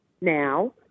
now